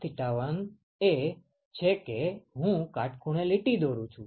cosθ1 એ છે કે હું કાટખૂણે લીટી દોરું છું